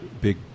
big